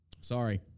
Sorry